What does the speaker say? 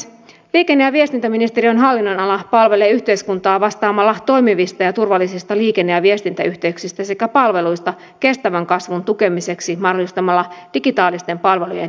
liikenne ja viestintäministeriön hallinnonala palvelee yhteiskuntaa vastaamalla toimivista ja turvallisista liikenne ja viestintäyhteyksistä sekä palveluista kestävän kasvun tukemiseksi mahdollistamalla digitaalisten palvelujen käyttöympäristön